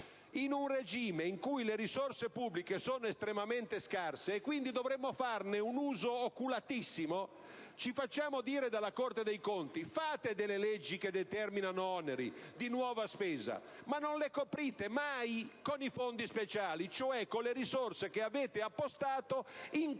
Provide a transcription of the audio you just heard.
In un regime in cui le risorse pubbliche sono estremamente scarse, e quindi dovremmo farne un uso oculatissimo, ci facciamo dire dalla Corte dei conti: fate delle leggi che determinano oneri di nuova spesa, ma non le coprite mai con i fondi speciali, cioè con le risorse che avete appostato in